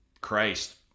Christ